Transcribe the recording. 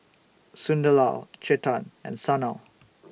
Sunderlal Chetan and Sanal